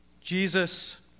Jesus